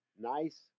nice